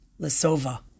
Lesova